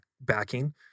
backing